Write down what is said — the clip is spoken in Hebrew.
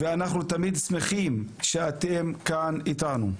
אנחנו תמיד שמחים שאתם כאן אתנו.